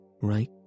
right